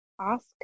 ask